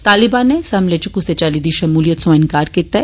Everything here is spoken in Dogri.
तालीबान नै इस हमले इच कुसै चाल्ली दी शमूलियत सोआं इंकार कीता ऐ